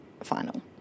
final